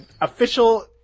official